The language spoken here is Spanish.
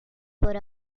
por